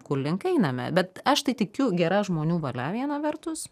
kurlink einame bet aš tai tikiu gera žmonių valia viena vertus